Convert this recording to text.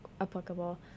applicable